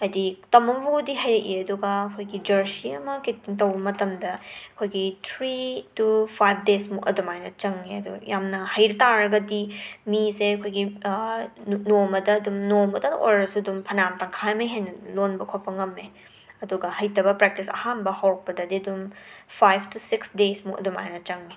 ꯍꯥꯏꯗꯤ ꯇꯝꯃꯒꯕꯨꯗꯤ ꯍꯩꯔꯛꯏ ꯑꯗꯨꯒ ꯑꯩꯈꯣꯏꯒꯤ ꯖꯔꯁꯤ ꯑꯃ ꯀꯤꯇꯤꯡ ꯇꯧꯕ ꯃꯇꯝꯗ ꯑꯩꯈꯣꯏꯒꯤ ꯊ꯭ꯔꯤ ꯇꯨ ꯐꯥꯏꯞ ꯗꯦꯁꯃꯨꯛ ꯑꯗꯨꯃꯥꯏꯅ ꯆꯡꯉꯦ ꯑꯗꯨꯒ ꯌꯥꯝꯅ ꯍꯩꯕ ꯇꯥꯔꯒꯗꯤ ꯃꯤꯁꯦ ꯑꯩꯈꯣꯏꯒꯤ ꯅꯨ ꯅꯣꯡꯃꯗ ꯑꯗꯨꯝ ꯅꯣꯡꯃꯗ ꯑꯣꯏꯔꯁꯨ ꯐꯅꯌꯥꯝ ꯇꯪꯈꯥꯏ ꯑꯃ ꯍꯦꯟꯅ ꯂꯣꯟꯕ ꯈꯣꯠꯄ ꯉꯝꯃꯦ ꯑꯗꯨꯒ ꯍꯩꯇꯕ ꯄ꯭ꯔꯦꯛꯇꯤꯁ ꯑꯍꯥꯟꯕ ꯍꯣꯔꯛꯄꯗꯗꯤ ꯑꯗꯨꯝ ꯐꯥꯏꯞ ꯇꯨ ꯁꯤꯛꯁ ꯗꯦꯁꯃꯨꯛ ꯑꯗꯨꯃꯥꯏꯅ ꯆꯡꯉꯦ